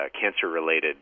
cancer-related